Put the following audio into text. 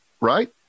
right